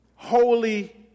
Holy